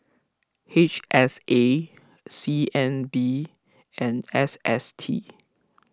H S A C N B and S S T